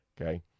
okay